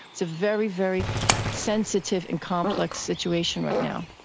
it's a very, very sensitive and complex situation right now.